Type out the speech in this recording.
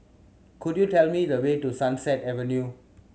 could you tell me the way to Sunset Avenue